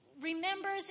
remembers